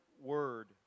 word